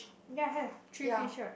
ya have three fish right